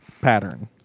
pattern